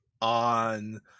on